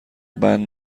بند